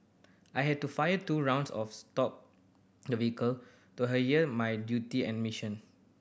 I had to fire two rounds of stop the vehicle to adhere to my duty and mission